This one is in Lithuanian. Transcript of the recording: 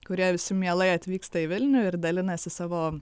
kurie visi mielai atvyksta į vilnių ir dalinasi savo